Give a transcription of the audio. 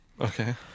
Okay